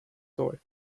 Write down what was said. thorpe